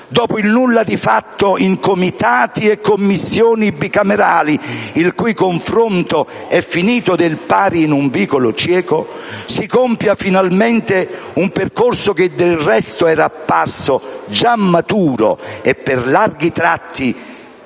dopo il nulla di fatto in comitati e commissioni bicamerali, il cui confronto è finito del pari in un vicolo cieco, si compia finalmente un percorso che, del resto, era apparso già maturo e per ampi tratti